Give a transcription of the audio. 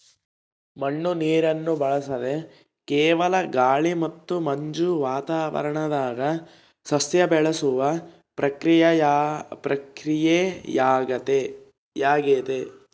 ಮಣ್ಣು ನೀರನ್ನು ಬಳಸದೆ ಕೇವಲ ಗಾಳಿ ಮತ್ತು ಮಂಜು ವಾತಾವರಣದಾಗ ಸಸ್ಯ ಬೆಳೆಸುವ ಪ್ರಕ್ರಿಯೆಯಾಗೆತೆ